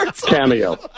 cameo